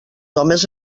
homes